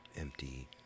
empty